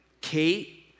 Kate